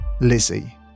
Lizzie